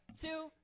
two